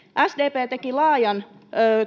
sdp teki laajan